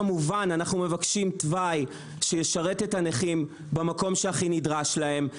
כמובן שאנחנו מבקשים תוואי שישרת את הנכים במקום שהכי נדרש להם.